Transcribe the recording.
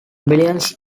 millions